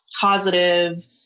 positive